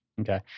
Okay